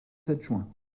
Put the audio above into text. adjoints